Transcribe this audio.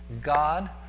God